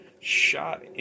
shot